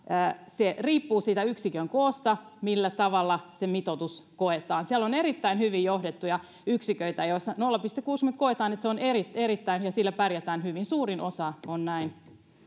riippuu yksikön koosta millä tavalla se mitoitus koetaan siellä on erittäin hyvin johdettuja yksiköitä joissa koetaan että nolla pilkku kuusikymmentä on erittäin hyvä ja sillä pärjätään hyvin suurin osa on näin